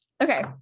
Okay